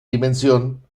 dimensión